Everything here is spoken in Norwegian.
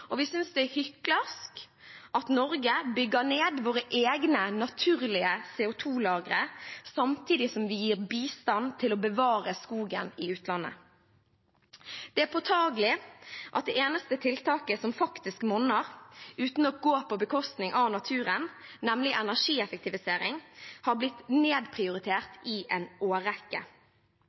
Vi syns det er hyklersk at Norge bygger ned våre egne naturlige CO 2 -lagre samtidig som vi gir bistand til å bevare skogen i utlandet. Det er påtagelig at det eneste tiltaket som faktisk monner uten å gå på bekostning av naturen, nemlig energieffektivisering, har blitt nedprioritert i en årrekke.